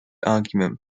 argument